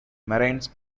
marines